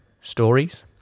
stories